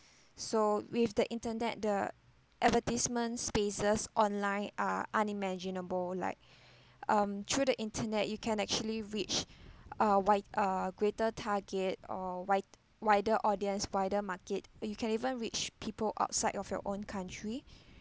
so with the internet the advertisement spaces online are unimaginable like um through the internet you can actually reach a wide a greater target or wide wider audience wider market uh you can even reach people outside of your own country